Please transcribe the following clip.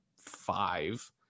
five